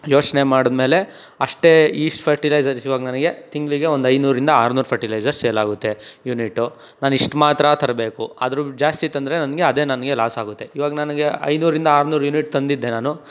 ಯೋಚ್ನೆ ಮಾಡಿದ್ಮೇಲೆ ಅಷ್ಟೇ ಇಷ್ಟು ಫರ್ಟಿಲೈಝರ್ಸ್ ಇವಾಗ ನನಗೆ ತಿಂಗಳಿಗೆ ಒಂದು ಐನೂರರಿಂದ ಆರ್ನೂರು ಫರ್ಟಿಲೈಝರ್ ಸೇಲಾಗುತ್ತೆ ಯುನಿಟು ನಾನು ಇಷ್ಟು ಮಾತ್ರ ತರಬೇಕು ಅದ್ರ ಜಾಸ್ತಿ ತಂದರೆ ನನಗೆ ಅದೇ ನನಗೆ ಲಾಸ್ ಆಗುತ್ತೆ ಇವಾಗ ನನಗೆ ಐನೂರರಿಂದ ಆರ್ನೂರು ಯುನಿಟ್ ತಂದಿದ್ದೆ ನಾನು